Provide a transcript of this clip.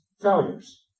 failures